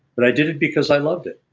but i did it because i loved it.